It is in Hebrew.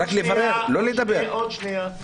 עוד שנייה.